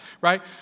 right